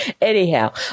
Anyhow